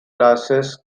class